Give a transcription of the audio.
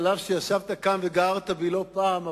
אף שישבת כאן וגערת בי לא פעם,